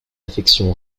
affection